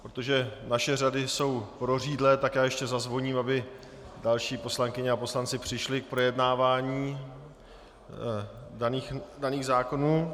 Protože naše řady jsou prořídlé, ještě zazvoním, aby další poslankyně a poslanci přišli k projednávání daných zákonů.